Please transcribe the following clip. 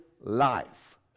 life